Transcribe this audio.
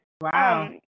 Wow